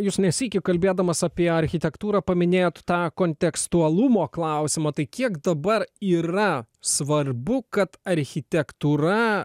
jūs ne sykį kalbėdamas apie architektūrą paminėjot tą kontekstualumo klausimą tai kiek dabar yra svarbu kad architektūra